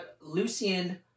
Lucian